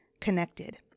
Connected